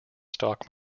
stock